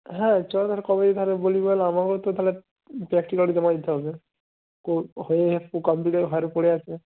হ্যাঁ চল তাহলে কবে তাহলে বলবি বল আমাকেও তো তাহলে প্র্যাকটিকালটা জমা দিতে হবে হয়ে এসেছে কম্পিউটারে পড়ে আছে